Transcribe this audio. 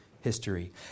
history